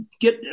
get